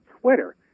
Twitter